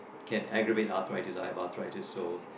can aggravate athritis i have athritis so